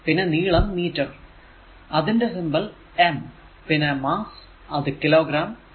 പിന്നെ നീളം മീറ്റർ അതിന്റെ സിംബൽ m പിന്നെ മാസ്സ് അത് കിലോ ഗ്രാം അത് kg